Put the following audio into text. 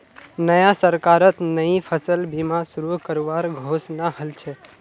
नया सरकारत नई फसल बीमा शुरू करवार घोषणा हल छ